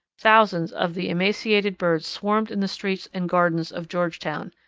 thousands of the emaciated birds swarmed in the streets and gardens of georgetown.